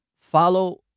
follow